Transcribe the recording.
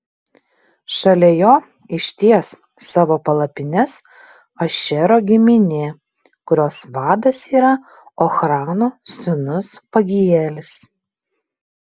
šalia jo išties savo palapines ašero giminė kurios vadas yra ochrano sūnus pagielis